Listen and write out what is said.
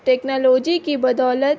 technology کی بدولت